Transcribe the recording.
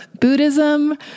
Buddhism